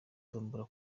tugomba